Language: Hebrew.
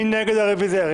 מי נגד הרביזיה?